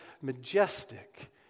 majestic